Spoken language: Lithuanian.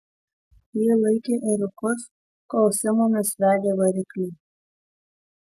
ji laikė ėriukus kol simonas vedė variklį